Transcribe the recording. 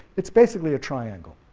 it's basically a triangle,